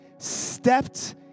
stepped